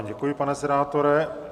Děkuji vám, pane senátore.